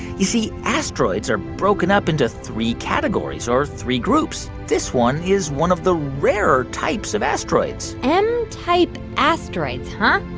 you see, asteroids are broken up into three categories or three groups. this one is one of the rarer types of asteroids and m-type asteroids, huh?